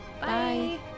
Bye